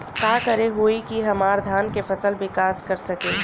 का करे होई की हमार धान के फसल विकास कर सके?